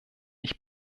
ich